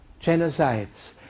genocides